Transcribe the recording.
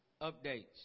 updates